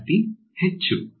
ವಿದ್ಯಾರ್ಥಿ ಹೆಚ್ಚು